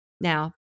now